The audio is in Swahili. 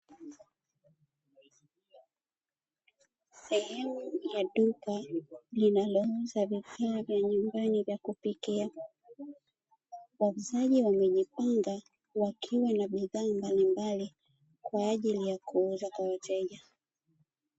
Sehemu ya duka linalouza vifaa vya nyumbani vya kupikia, wauzaji wamejipanga wakiwa na bidhaa mbalimbali kwa ajili ya kuuza kwa wateja.